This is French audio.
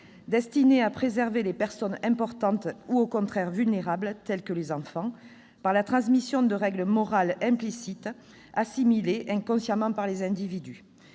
destiné à préserver les personnes importantes ou, au contraire, vulnérables, telles que les enfants, par la transmission de règles morales implicites assimilées inconsciemment par les individus.